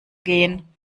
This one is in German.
gehen